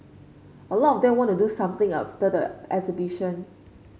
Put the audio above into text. a lot of them want to do something after the exhibition